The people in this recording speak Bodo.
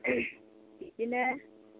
बिदिनो